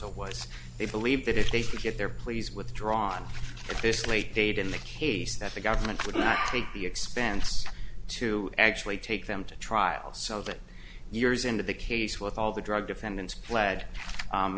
counsel was they believe that if they could get their pleas withdrawn at this late date in the case that the government would not take the expense to actually take them to trial so that years into the case with all the drug defendants pled